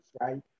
right